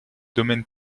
domaine